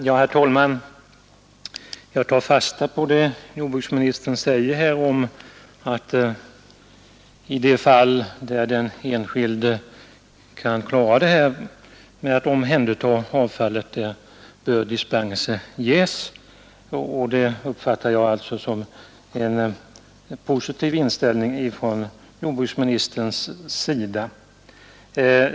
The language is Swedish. Herr talman! Jag tar fasta på vad jordbruksministern sade om att dispens bör ges i de fall där den enskilde kan omhänderta avfallet. Det uppfattar jag såsom en positiv inställning från jordbruksministerns sida.